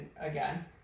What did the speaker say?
again